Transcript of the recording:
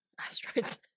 Asteroids